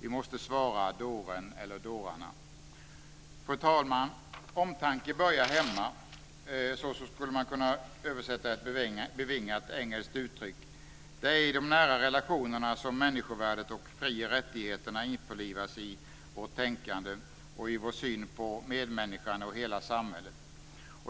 Vi måste svara dåren, eller dårarna! Fru talman! Omtanke börjar hemma. Så skulle man kunna översätta ett bevingat engelskt uttryck. Det är i de nära relationerna som människovärdet och fri och rättigheterna införlivas i vårt tänkande och i vår syn på medmänniskan och hela samhället.